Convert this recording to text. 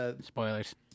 Spoilers